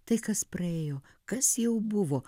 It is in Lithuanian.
tai kas praėjo kas jau buvo